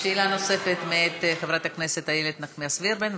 שאלה נוספת מאת חברת הכנסת איילת נחמיאס ורבין,